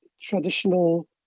traditional